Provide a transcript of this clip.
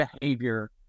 behavior